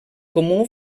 comú